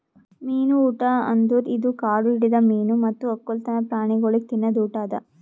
ಮೀನು ಊಟ ಅಂದುರ್ ಇದು ಕಾಡು ಹಿಡಿದ ಮೀನು ಮತ್ತ್ ಒಕ್ಕಲ್ತನ ಪ್ರಾಣಿಗೊಳಿಗ್ ತಿನದ್ ಊಟ ಅದಾ